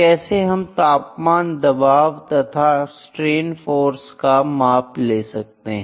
कैसे हम तापमान दबाव तथा स्ट्रेन फोर्स का माप ले सकते हैं